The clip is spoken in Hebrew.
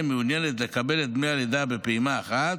מעוניינת לקבל את דמי הלידה בפעימה אחת,